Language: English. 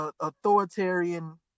authoritarian